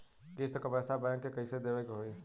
किस्त क पैसा बैंक के कइसे देवे के होई?